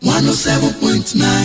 107.9